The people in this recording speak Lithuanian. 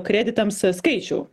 kreditams skaičių